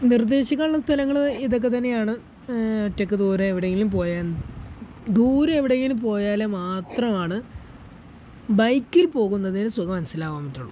നിർദ്ദേശിക്കാനുള്ള സ്ഥലങ്ങൾ ഇതൊക്കെ തന്നെയാണ് ഒറ്റയ്ക്ക് ദൂരെ എവിടെയെങ്കിലും പോയാൽ ദൂരെ എവിടെയെങ്കിലും പോയാൽ മാത്രമാണ് ബൈക്കിൽ പോകുന്നതിന് സുഖം മനസ്സിലാവാൻ പറ്റുള്ളൂ